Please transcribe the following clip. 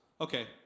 okay